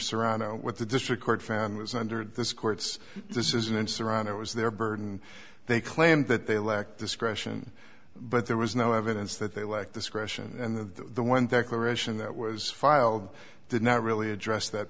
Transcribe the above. surrounded what the district court found was under this court's decision and surround it was their burden they claimed that they lacked discretion but there was no evidence that they lacked discretion and the one thank liberation that was filed did not really address that